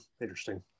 Interesting